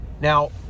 now